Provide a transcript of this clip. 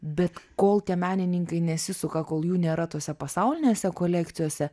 bet kol tie menininkai nesisuka kol jų nėra tose pasaulinėse kolekcijose